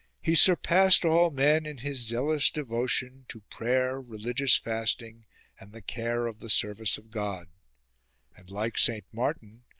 he sur passed all men in his zealous devotion to prayer, religious fasting and the care of the service of god and like saint martin,